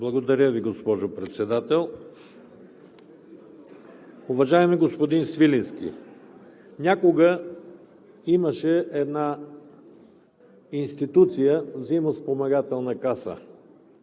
Благодаря Ви, госпожо Председател. Уважаеми господин Свиленски, някога имаше една институция – Взаимоспомагателна каса,